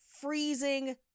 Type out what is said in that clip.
freezing